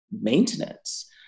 maintenance